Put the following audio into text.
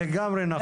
לגמרי נכון.